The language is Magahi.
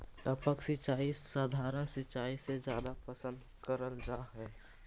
टपक सिंचाई सधारण सिंचाई से जादा पसंद करल जा हे